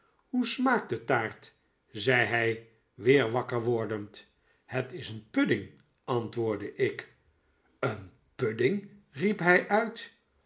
hoe smaakt de taart zei hij weer wakker wordend het is een pudding antwoordde ik een pudding riep hij uit